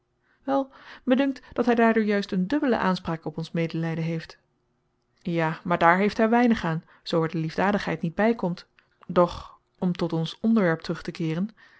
wel mij dunkt dat hij daardoor juist een dubbele aanspraak op ons medelijden heeft ja maar daar heeft hij weinig aan zoo er de liefdadigheid niet bij komt doch om tot ons onderwerp terug te keeren